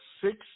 six